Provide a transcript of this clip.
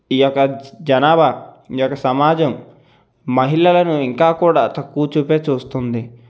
ఈ యొక్క జనాభా ఈ యొక్క సమాజం మహిళలను ఇంకా కూడా తక్కువ చూపే చూస్తుంది